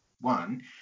one